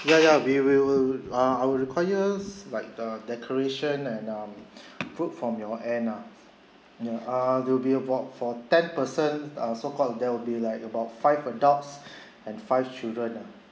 ya ya we will uh I will requires like uh decoration and uh fruit from your end ah uh there will be about for ten person err so called there will be like about five adults and five children ah